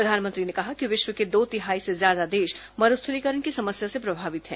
प्रधानमंत्री ने कहा कि विश्व के दो तिहाई से ज्यादा देश मरूस्थलीकरण की समस्या से प्रभावित हैं